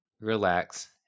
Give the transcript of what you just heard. relax